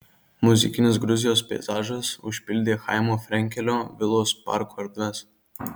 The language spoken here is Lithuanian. muzikinis gruzijos peizažas užpildė chaimo frenkelio vilos parko erdves